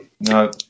No